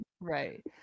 Right